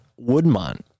Woodmont